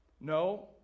No